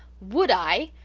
would i?